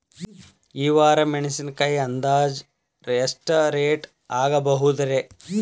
ಈ ವಾರ ಮೆಣಸಿನಕಾಯಿ ಅಂದಾಜ್ ಎಷ್ಟ ರೇಟ್ ಆಗಬಹುದ್ರೇ?